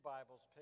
Bibles